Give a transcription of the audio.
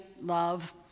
Love